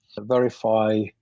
verify